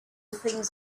things